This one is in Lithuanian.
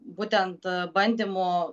būtent bandymu